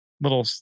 Little